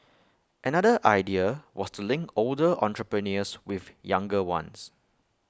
another idea was to link older entrepreneurs with younger ones